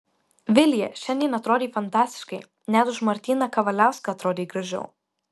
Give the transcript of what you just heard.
vilija šiandien atrodei fantastiškai net už martyną kavaliauską atrodei gražiau